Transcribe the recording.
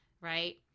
right